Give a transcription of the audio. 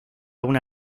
una